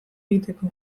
egiteko